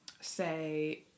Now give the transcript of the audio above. say